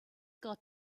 got